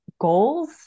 goals